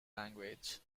language